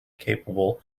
capable